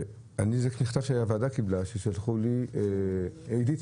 וזה מכתב שקיבלתי מעידית